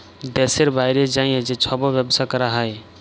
দ্যাশের বাইরে যাঁয়ে যে ছব ব্যবছা ক্যরা হ্যয়